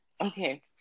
okay